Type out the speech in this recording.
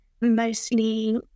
mostly